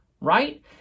right